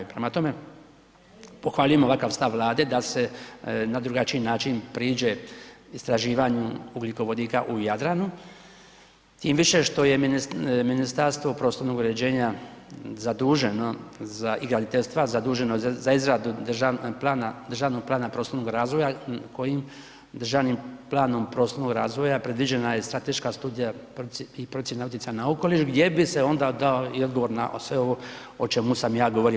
Prema tome, pohvaljujemo ovakav stav Vlade da se na drugačiji način priđe istraživanju ugljikovodika u Jadranu tim više što je Ministarstvo prostornog uređenja i graditeljstva zaduženo za izradu državnog plana prostornog razvoja kojim državnim planom prostornog razvoja, predviđena je strateška studija i procjena utjecaja na okoliš gdje bi se onda dao i odgovor i na sve ovo o čemu sam ja govorio.